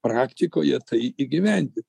praktikoje tai įgyvendinti